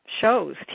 shows